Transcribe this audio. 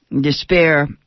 Despair